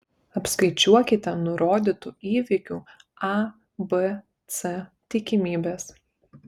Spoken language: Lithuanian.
apskaičiuokite nurodytų įvykių a b c tikimybes